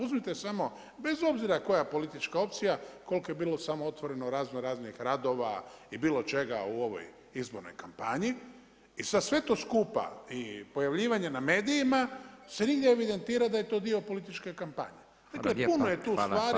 Uzmite samo bez obzira koja je politička opcija, koliko je bilo samo otvoreno raznoraznih radova i bilo čega u ovoj izbornoj kampanji i sad sve to skupa i pojavljivanje na medijima se nigdje ne evidentira da je to političke kampanje, dakle puno je tu stvari